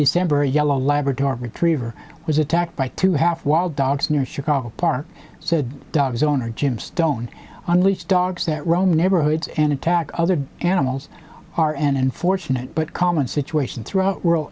december a yellow labrador retriever was attacked by two half wild dogs near chicago park so the dog's owner jim stone unleashed dogs that roam neighborhoods and attack other animals are an unfortunate but common situation throughout rural